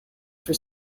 for